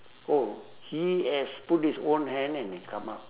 oh he has put his own hand and come up